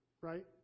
right